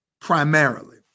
primarily